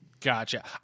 Gotcha